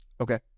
okay